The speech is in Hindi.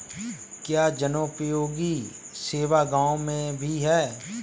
क्या जनोपयोगी सेवा गाँव में भी है?